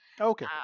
okay